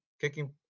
kicking